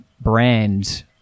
brand